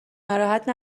ناراحت